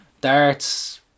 darts